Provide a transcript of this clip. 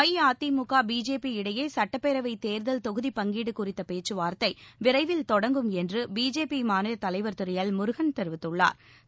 அ இ அ தி மு க பி ஜே பி இடையே சுட்டப்பேரவை தேர்தல் தொகுதி பங்கீடு குறித்த பேச்சுவார்த்தை விரைவில் தொடங்கும் என்று பி ஜே பி மாநில தலைவர் திரு எல் முருகன் தெரிவித்துள்ளா்